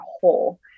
whole